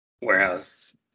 warehouse